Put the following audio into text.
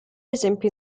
esempi